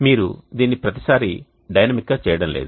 మీరు దీన్ని ప్రతిసారీ డైనమిక్గా చేయడం లేదు